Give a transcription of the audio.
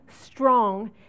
strong